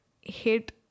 hit